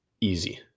easy